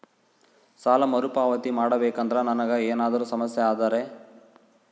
ಸಾಲ ಮರುಪಾವತಿ ಮಾಡಬೇಕಂದ್ರ ನನಗೆ ಏನಾದರೂ ಸಮಸ್ಯೆ ಆದರೆ?